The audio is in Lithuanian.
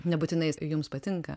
nebūtinai jisai jums patinka